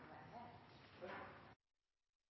ha